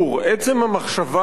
עצם המחשבה,